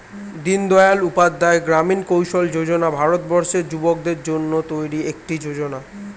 দিনদয়াল উপাধ্যায় গ্রামীণ কৌশল্য যোজনা ভারতবর্ষের যুবকদের জন্য তৈরি একটি যোজনা